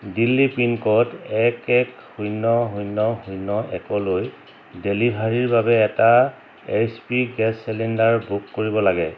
Delhi pin code এক এক শূন্য শূন্য শূন্য একলৈ ডেলিভাৰীৰ বাবে এটা H P gas cylinder book কৰিব লাগে